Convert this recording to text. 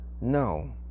No